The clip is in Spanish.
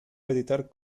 editar